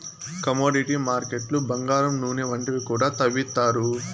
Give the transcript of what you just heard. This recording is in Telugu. కమోడిటీ మార్కెట్లు బంగారం నూనె వంటివి కూడా తవ్విత్తారు